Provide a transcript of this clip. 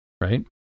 Right